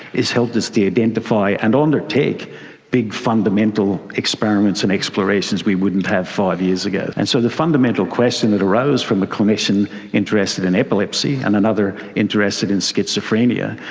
is helped us to identify and undertake big fundamental experiments and explorations we wouldn't have five years ago. and so the fundamental question that arose from the clinician interested in epilepsy, and another interested in schizophrenia,